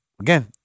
again